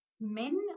men